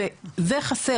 וזה חסר,